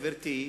גברתי,